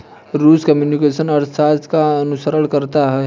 रूस कम्युनिस्ट अर्थशास्त्र का अनुसरण करता है